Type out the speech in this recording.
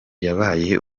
yabaye